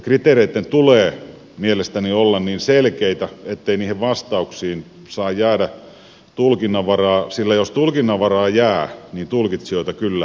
kriteereitten tulee mielestäni olla niin selkeitä ettei niihin vastauksiin saa jäädä tulkinnan varaa sillä jos tulkinnan varaa jää niin tulkitsijoita kyllä tulee riittämään